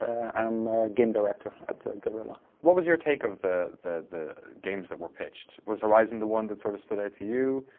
and i'm a game director at guerrilla. what was your take of the the games that were pitched? was horizon the one that sort of stood out to you?